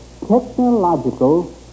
Technological